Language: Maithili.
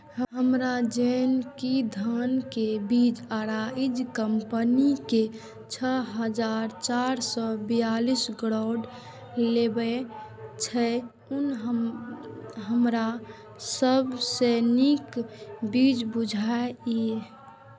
हम जेना कि धान के बीज अराइज कम्पनी के छः हजार चार सौ चव्वालीस गोल्ड लगाबे छीय उ हमरा सब के नीक बीज बुझाय इय?